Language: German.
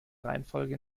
reihenfolge